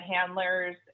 handlers